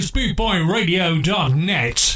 BootboyRadio.net